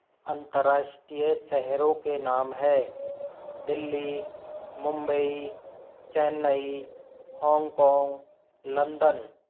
अंतर्राष्ट्रीय शहरों के नाम हैं Delhi Mumbai Chennai Hong Kong London